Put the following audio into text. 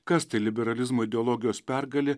kas tai liberalizmo ideologijos pergalė